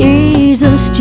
Jesus